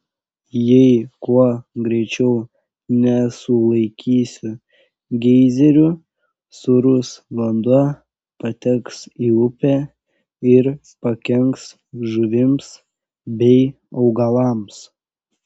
jei kuo greičiau nesulaikysiu geizerių sūrus vanduo pateks į upę ir pakenks žuvims bei augalams